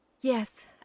Yes